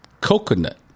coconut